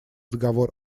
договор